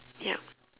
yup